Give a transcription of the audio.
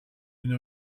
une